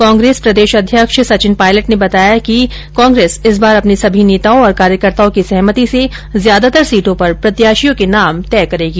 कांग्रेस प्रदेष अध्यक्ष सचिन पायलट ने बताया कि कांग्रेस इस बार अपने सभी नेताओं और कार्यकर्ताओं की सहमति से ज्यादातर सीटों पर प्रत्याषियों के नाम तय करेगी